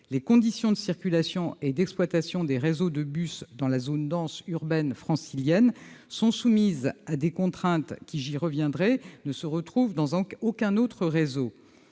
les conditions de circulation et d'exploitation des réseaux de bus dans la zone dense urbaine francilienne sont soumises à des contraintes qui ne se retrouvent dans aucun autre réseau.